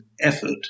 effort